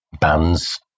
bands